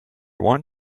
want